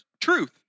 truth